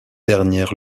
dernière